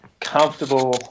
comfortable